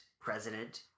president